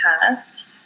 past